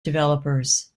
developers